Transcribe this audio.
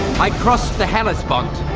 i crossed the hellespont,